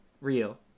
Real